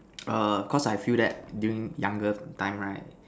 err cause I feel that during younger time right